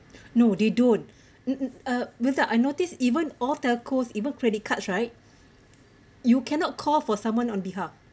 no they don't uh wildah I noticed even all telco even credit cards right you cannot call for someone on behalf